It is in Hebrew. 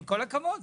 עם כל הכבוד.